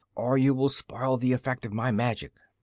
or you will spoil the effect of my magic.